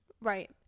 Right